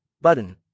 BUTTON